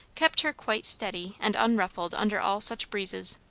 kept her quite steady and unruffled under all such breezes.